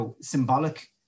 symbolic